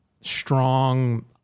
strong